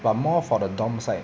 but more for the dorm site